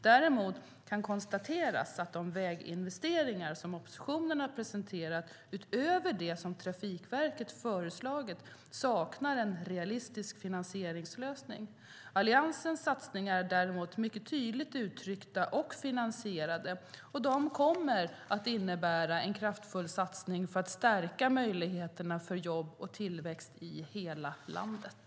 Däremot kan konstateras att de väginvesteringar som oppositionen har presenterat, utöver de som Trafikverket föreslagit, saknar en realistisk finansieringslösning. Alliansens satsningar är däremot mycket tydligt uttryckta och finansierade, och de kommer att innebära en kraftfull satsning för att stärka möjligheterna för jobb och tillväxt i hela landet.